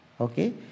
okay